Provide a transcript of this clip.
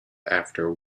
after